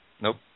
Nope